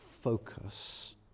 focus